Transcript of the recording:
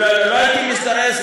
לא הייתי מזדרז.